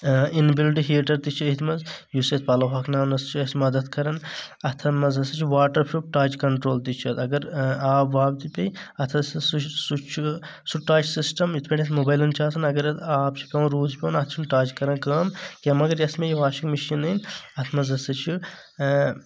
in build heater تہِ چھُ ییٚتھۍ منٛز یُس پَلو ہۄکھناونس چھُ اَسہِ مدد کران اتھ منٛز ہسا چھُ واٹر پروٗف ٹچ کنٹرول تہِ چھُ اگر آب واب تہِ پیٚیہِ اَتھ ہسا چُھ سُہ ٹچ سِسٹم یِتھہٕ پأٹھۍ موبایلن چھُ آسان اگر اتھ آب چُھ پیٚوان روٗد چھُ پیٚوان اَتھ چُھنہٕ ٹچ کران کأم کینٛہہ مگر یۄس مےٚ یہِ واشِنگ مِشیٖن أنۍ اَتھ منٛز ہسا چھُ